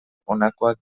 honakoak